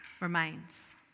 remains